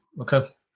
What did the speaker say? okay